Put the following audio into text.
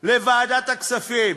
לוועדת הכספים.